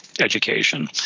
education